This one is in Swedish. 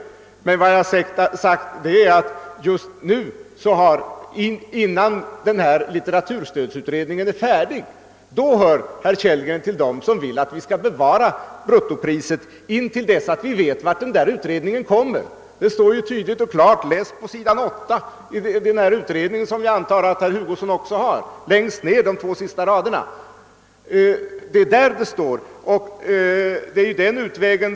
Vad jag sagt är att just nu, innan litteraturstödutredningen är färdig med sitt arbete, herr Kellgren hör till dem som vill att vi skall bevara bruttopriset intill dess att vi vet vilket resultat utredningen kommer fram till. Herr Hugosson kan ju läsa på s. 8 i den skrivelse från Kulturarbetarnas socialdemokratiska förening som jag antar att även han har fått. Där står detta klart uttalat på de två sista raderna längst ned.